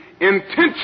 intention